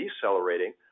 decelerating